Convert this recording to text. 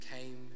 came